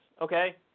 okay